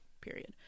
Period